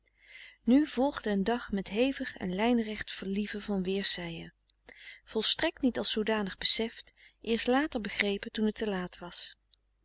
nu volgde een dag met hevig en lijnrecht verlieven van weerszijen volstrekt niet als zoodanig beseft eerst later begrepen toen het te laat was